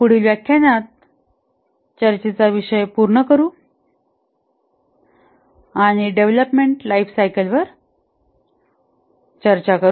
पुढील व्याख्यानात चर्चेचा विषय पूर्ण करू आणि डेव्हलपमेंट लाईफ सायकल वर चर्चा करू